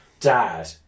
dad